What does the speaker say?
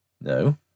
no